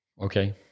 Okay